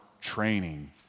training